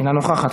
אינה נוכחת,